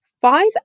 five